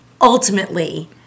ultimately